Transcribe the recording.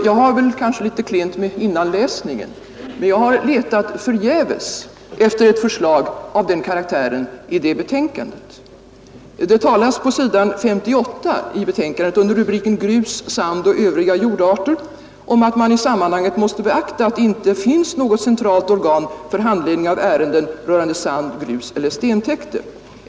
Jag är kanske litet klen i innanläsning, men jag har där förgäves letat efter ett förslag av den karaktären. På sidan 58 i betänkandet under rubriken ”Grus, sand och övriga jordarter” talas det om att man i sammanhanget måste beakta att det inte finns något centralt organ för handläggning av ärenden rörande sand-, gruseller stentäkter.